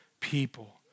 people